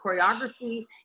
choreography